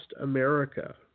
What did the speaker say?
America